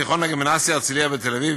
גימנסיה "הרצליה" בתל-אביב,